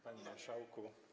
Panie Marszałku!